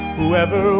whoever